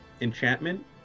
enchantment